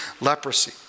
leprosy